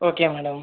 okay madam